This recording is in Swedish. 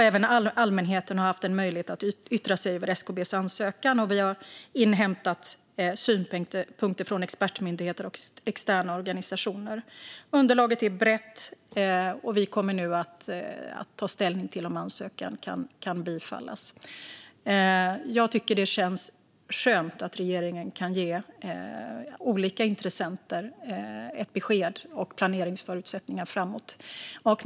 Även allmänheten har haft en möjlighet att yttra sig om SKB:s ansökan. Vi har inhämtat synpunkter från expertmyndigheter och externa organisationer. Underlaget är brett, och vi kommer nu att ta ställning till om ansökan kan bifallas. Det känns skönt att regeringen kan ge olika intressenter ett besked och planeringsförutsättningar inför framtiden.